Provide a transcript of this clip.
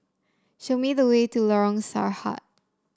show me the way to Lorong Sarhad